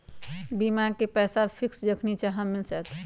बीमा के पैसा फिक्स जखनि चाहम मिल जाएत?